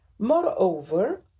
Moreover